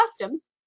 customs